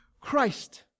Christ